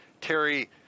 Terry